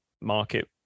market